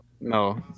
No